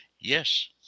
Yes